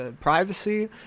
Privacy